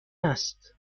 است